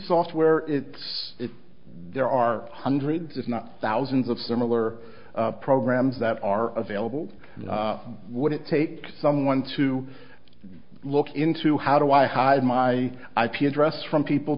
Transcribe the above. software it's there are hundreds if not thousands of similar programs that are available would it take someone to look into how do i hide my ip address from people